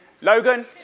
Logan